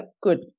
Good